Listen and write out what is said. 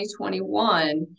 2021